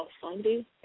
Sunday